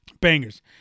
Bangers